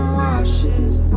washes